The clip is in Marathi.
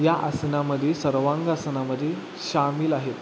या आसनामध्ये सर्वांगासनामध्ये सामील आहेत